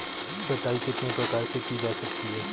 छँटाई कितने प्रकार से की जा सकती है?